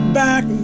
back